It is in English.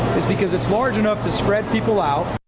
it's because it's large enough to spread people out.